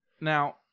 Now